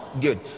Good